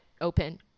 open